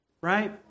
right